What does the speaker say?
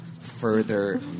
further